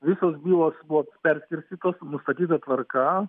visos bylos buvo perskirstytos nustatyta tvarka